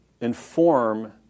inform